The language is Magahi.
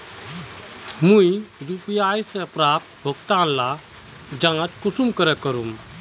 मुई यु.पी.आई से प्राप्त भुगतान लार जाँच कुंसम करे करूम?